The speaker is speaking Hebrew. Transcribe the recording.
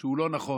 שהוא לא נכון.